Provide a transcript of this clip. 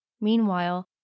Meanwhile